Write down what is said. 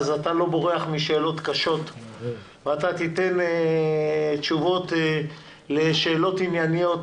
אתה לא בורח משאלות קשות ואתה תתן תשובות לשאלות ענייניות.